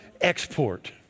export